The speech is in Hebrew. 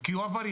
כי הוא עבריין,